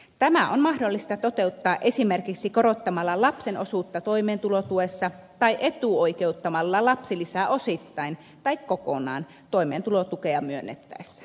tämä on mahdollista toteuttaa esimerkiksi korottamalla lapsen osuutta toimentulotuessa tai etuoikeuttamalla lapsilisä osittain tai kokonaan toimeentulotukea myönnettäessä